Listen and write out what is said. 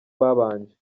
babanje